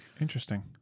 Interesting